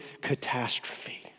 catastrophe